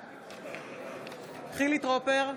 בעד חילי טרופר,